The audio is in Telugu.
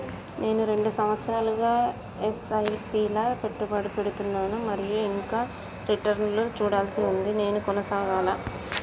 నేను రెండు సంవత్సరాలుగా ల ఎస్.ఐ.పి లా పెట్టుబడి పెడుతున్నాను మరియు ఇంకా రిటర్న్ లు చూడాల్సి ఉంది నేను కొనసాగాలా?